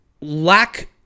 lack